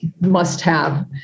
must-have